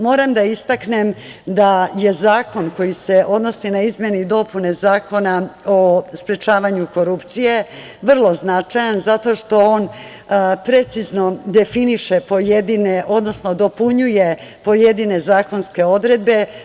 Moram da istaknem da zakon koji se odnosi na izmene i dopune Zakona o sprečavanju korupcije je vrlo značajan zato što on precizno definiše pojedine, odnosno dopunjuje jedine zakonske odredbe.